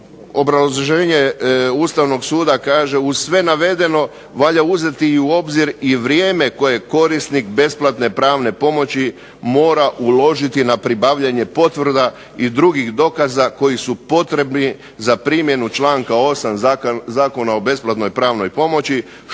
obrazloženje Ustavnog suda kaže: uz sve navedeno valja uzeti u obzir i vrijeme koje korisnik besplatne pravne pomoći mora uložiti na pribavljanje potvrda i drugih dokaza koji su potrebni za primjenu članka 8. Zakona o besplatnoj pravnoj pomoći